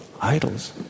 idols